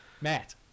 Matt